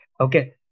Okay